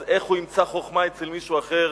אז איך הוא ימצא חוכמה אצל מישהו אחר?